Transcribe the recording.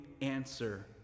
answer